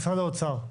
משרד האוצר?